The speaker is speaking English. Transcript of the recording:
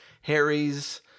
Harry's